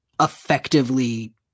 effectively